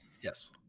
Yes